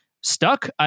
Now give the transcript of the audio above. stuck